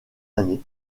années